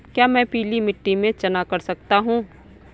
क्या मैं पीली मिट्टी में चना कर सकता हूँ?